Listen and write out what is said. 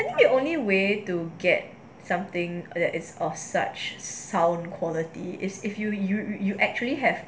you think only way to get something that is of such sound quality is if you you you actually have